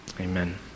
Amen